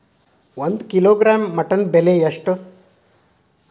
ಒಂದು kilogram mutton ಬೆಲೆ ಎಷ್ಟ್?